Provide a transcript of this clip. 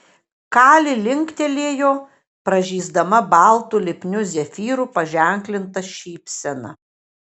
kali linktelėjo pražysdama baltu lipniu zefyru paženklinta šypsena